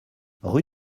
rue